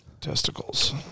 testicles